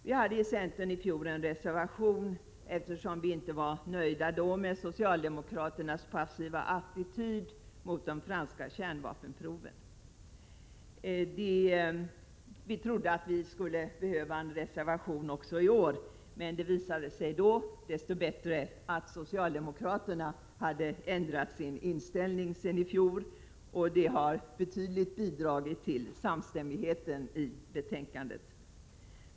Vi i centern avgav i fjol en reservation, eftersom vi då inte var nöjda med socialdemokraternas passiva attityd mot de franska kärnvapenproven. Vi trodde att vi skulle behöva reservera oss även i år, men det visade sig dess bättre att socialdemokraterna hade ändrat sin inställning sedan i fjol. Det har bidragit betydligt till samstämmigheten i betänkandet.